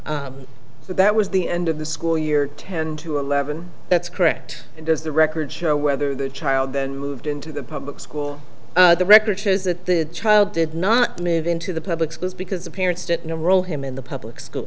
so that was the end of the school year ten to eleven that's correct and as the records show whether the child then moved into the public school the record shows that the child did not move into the public schools because the parents didn't know roll him in the public school